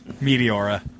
meteora